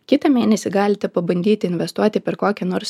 kitą mėnesį galite pabandyti investuoti per kokią nors